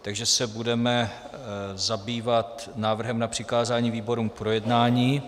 Takže se budeme zabývat návrhem na přikázání výborům k projednání.